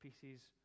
pieces